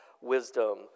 wisdom